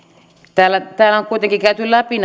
täällä on kuitenkin käyty läpi